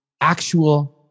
actual